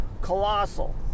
Colossal